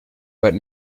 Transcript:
but